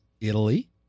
Italy